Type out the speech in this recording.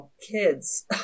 kids